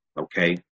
okay